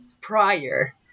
prior